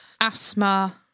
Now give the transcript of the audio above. asthma